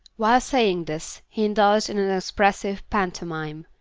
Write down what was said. while saying this he indulged in an expressive pantomime.